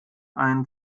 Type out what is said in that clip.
einen